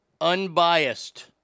unbiased